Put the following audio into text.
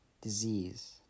disease